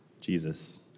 Jesus